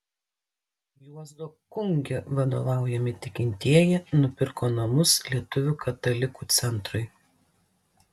juozo kungi vadovaujami tikintieji nupirko namus lietuvių katalikų centrui